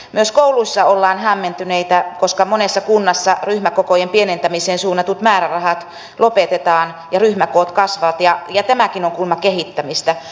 myös kouluissa ollaan hämmentyneitä koska monessa kunnassa ryhmäkokojen pienentämiseen suunnatut määrärahat lopetetaan ja ryhmäkoot kasvavat ja tämäkin on kuulemma kehittämistä